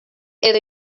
edo